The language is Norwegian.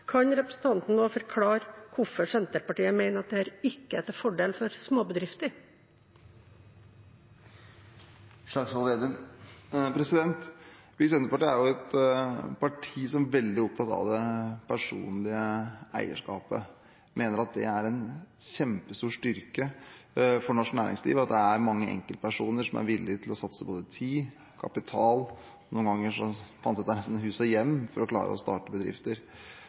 kan representanten forklare hvorfor Senterpartiet mener at dette ikke er til fordel for småbedrifter? Senterpartiet er et parti som er veldig opptatt av det personlige eierskapet, og vi mener det er en kjempestor styrke for norsk næringsliv at det er mange enkeltpersoner som er villig til å satse både tid og kapital – noen ganger satses det nesten hus og hjem – for å klare å starte bedrifter.